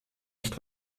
nicht